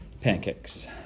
pancakes